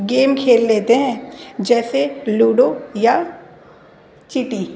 game کھیل لیتے ہیں جیسے لوڈو یا چٹی